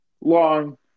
long